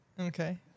Okay